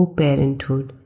parenthood